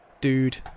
dude